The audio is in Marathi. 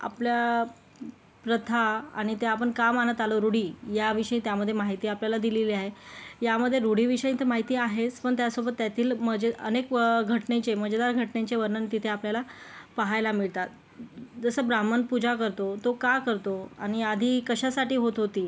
आपल्या प्रथा आणि त्या आपण का मानत आलो रूढी याविषयी त्यामध्ये माहिती आपल्याला दिलेली आहे यामध्ये रूढीविषयी तर माहिती यामध्ये आहेच पण त्यासोबत त्यातील म्हणजे अनेक घटनेचे मजेदार घटनांचे वर्णन तिथे आपल्याला पहायला मिळतात जसं ब्राह्मण पूजा करतो तो का करतो आणि आधी कशासाठी होत होती